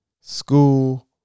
school